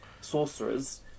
sorcerers